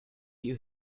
you